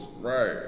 Right